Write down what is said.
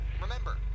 Remember